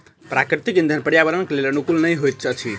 प्राकृतिक इंधन पर्यावरणक लेल अनुकूल नहि होइत अछि